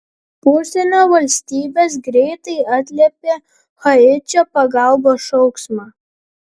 užsienio valstybės greitai atliepė haičio pagalbos šauksmą